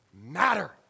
matter